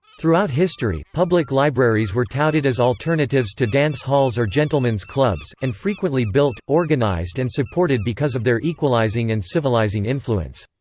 throughout history, public libraries were touted as alternatives to dance halls or gentleman's clubs, and frequently built, organized and supported because of their equalizing and civilizing influence.